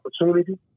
opportunity